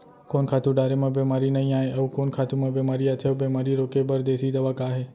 कोन खातू डारे म बेमारी नई आये, अऊ कोन खातू म बेमारी आथे अऊ बेमारी रोके बर देसी दवा का हे?